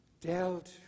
dealt